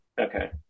Okay